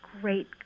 great